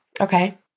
Okay